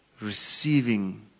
receiving